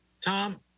Tom